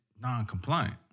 non-compliant